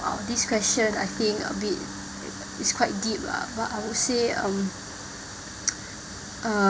!wow! this question I think a bit it's quite deep lah but I would say um uh